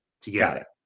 together